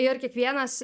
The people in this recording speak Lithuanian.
ir kiekvienas